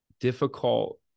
difficult